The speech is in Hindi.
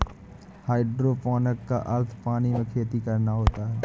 हायड्रोपोनिक का अर्थ पानी में खेती करना होता है